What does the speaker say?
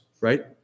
right